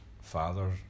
father